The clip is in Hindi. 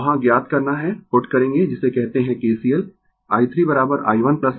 वहां ज्ञात करना है पुट करेंगें जिसे कहते है KCL i 3 i1 i2